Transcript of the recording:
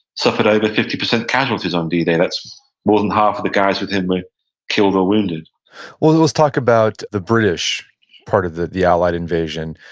suffered over fifty percent casualties on d-day. that's more than half of the guys with him were killed or wounded well, let's talk about the british part of the the allied invasion.